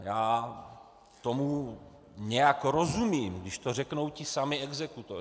Já tomu nějak rozumím, když to řeknou ti sami exekutoři.